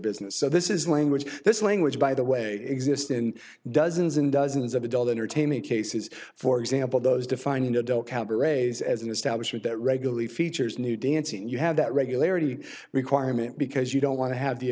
business so this is language this language by the way exists in dozens and dozens of adult entertainment cases for example those defining adult cabarets as an establishment that regularly features new dancing you have that regularity requirement because you don't want to have the